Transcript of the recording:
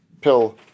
pill